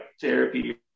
therapy